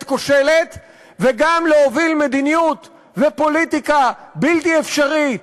כושלת וגם להוביל מדיניות ופוליטיקה בלתי אפשרית,